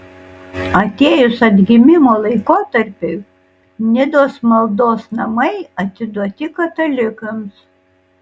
atėjus atgimimo laikotarpiui nidos maldos namai atiduoti katalikams